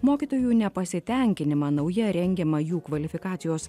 mokytojų nepasitenkinimą nauja rengiama jų kvalifikacijos